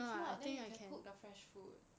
if not then you can cook the fresh food